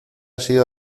sido